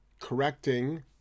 Correcting